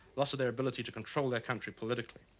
loss of their ability to control their country politically.